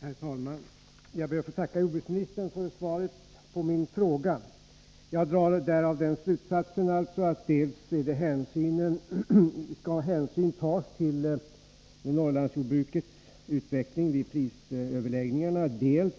Herr talman! Jag ber att få tacka jordbruksministern för svaret på min fråga. Jag drar därav den slutsatsen att dels skall hänsyn tas till Norrlandsjordbrukets utveckling vid prisöverläggningarna, dels